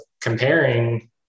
comparing